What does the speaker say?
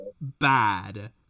bad